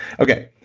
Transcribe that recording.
okay,